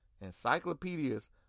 Encyclopedias